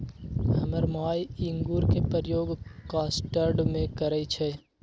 हमर माय इंगूर के प्रयोग कस्टर्ड में करइ छै